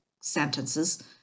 sentences